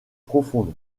profonde